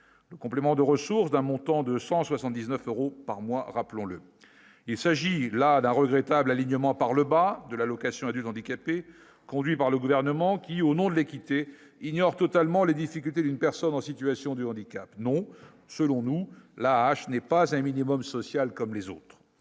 le complément de ressources, d'un montant de 179 euros par mois, rappelons-le, il s'agit là d'un regrettable alignement par le bas de l'allocation adulte handicapé, conduit par le gouvernement qui, au nom de l'équité ignore totalement les difficultés d'une personne en situation du handicap non, selon nous, là, je n'ai pas un minimum social comme les autres,